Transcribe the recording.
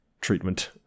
Treatment